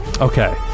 Okay